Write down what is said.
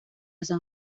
san